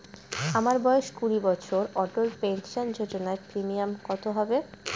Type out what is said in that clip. আমার বয়স কুড়ি বছর অটল পেনসন যোজনার প্রিমিয়াম কত হবে?